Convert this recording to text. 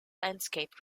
landscape